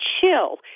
chill